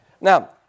Now